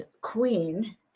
Queen